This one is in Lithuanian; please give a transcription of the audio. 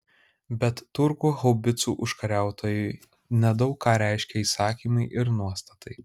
bet turkų haubicų užkariautojui nedaug ką reiškė įsakymai ir nuostatai